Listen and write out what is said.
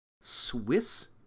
Swiss